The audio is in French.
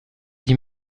dit